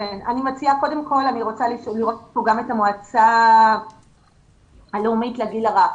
אני רוצה לראות כאן גם את המועצה הלאומית לגיל הרך,